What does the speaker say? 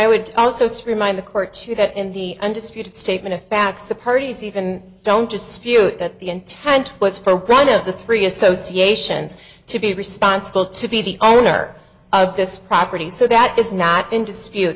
i would also streamline the court to that in the undisputed statement of facts the parties even don't dispute that the intent was for a run of the three associations to be responsible to be the owner of this property so that is not in dispute